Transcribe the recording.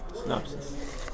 synopsis